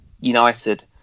United